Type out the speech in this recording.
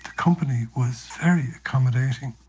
company was very accommodating,